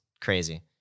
crazy